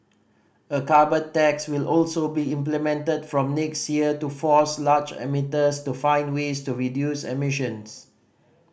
a carbon tax will also be implemented from next year to force large emitters to find ways to reduce emissions